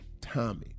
Tommy